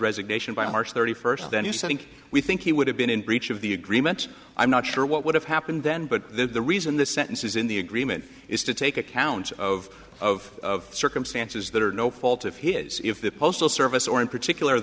resignation by march thirty first then you think we think he would have been in breach of the agreement i'm not sure what would have happened then but the reason the sentence is in the agreement is to take account of of circumstances that are no fault of his if the postal service or in particular